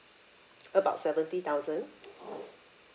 about seventy thousand